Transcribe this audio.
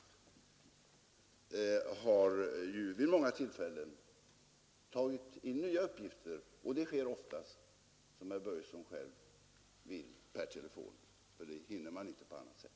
Nämnden har vid många tillfällen tagit in nya uppgifter. Det sker oftast, som herr Börjesson själv önskar, per telefon, för man hinner inte på annat sätt.